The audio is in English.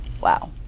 Wow